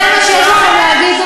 זה מה שיש לכם להגיד?